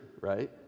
right